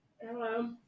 Hello